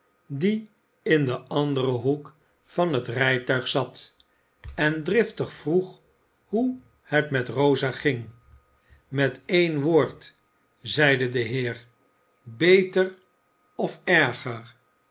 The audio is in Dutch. die in den anderen hoek van het rijtuig zat en driftig vroeg hoe het met rosa ging met een woord zeide de heer beter of erger